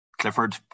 Clifford